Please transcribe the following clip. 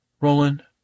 Roland